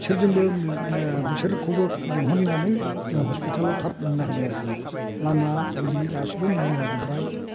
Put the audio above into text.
बिसोरजोंबो बिसोरखौबो लिंहरनानै जों हस्पिटालाव थाब लांनो हाबाय आरो लामा एरि गासिबो मोजां जाजोबबाय